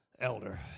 elder